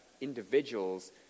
individuals